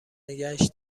نگهش